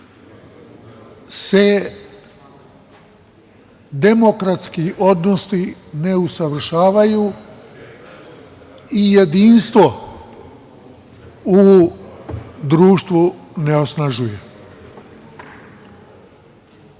se demokratski odnosi ne usavršavaju i jedinstvo u društvu ne osnažuje.U